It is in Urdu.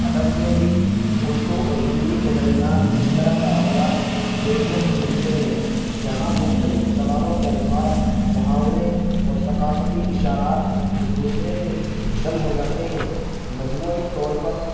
ادب میں بھی اردو اور ہندی کے درمیان مشترکہ اثرات دیکھنے کو ملتے ہیں جہاں مختلف زبانوں کے الفاظ محاورے اور ثقافتی اشارات ایک دوسرے میں ضم ہو جاتے ہیں مجموعی طور پر